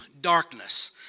darkness